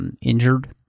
injured